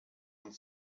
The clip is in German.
und